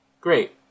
great